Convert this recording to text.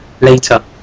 later